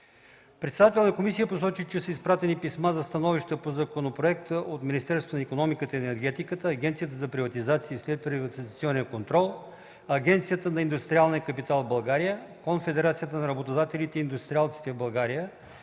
Алиосман Имамов посочи, че са изпратени писма за становища по законопроекта от Министерството на икономиката и енергетиката, Агенцията за приватизация и следприватизационен контрол, Асоциацията на индустриалния капитал в България, Конфедерацията на работодателите и индустриалците в България,